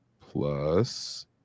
plus